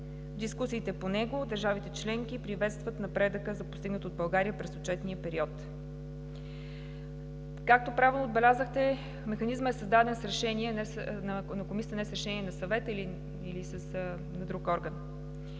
дискусиите по него държавите членки приветстват напредъка за постигнатото от България през отчетния период. Както правилно отбелязахте, Механизмът е създаден с решение на Комисията, а не с решение на Съвета или на друг орган.